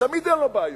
שתמיד אין לו בעיות,